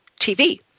TV